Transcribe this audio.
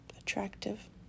attractive